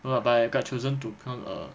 no lah but I got chosen to come err